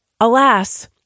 Alas